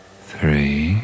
Three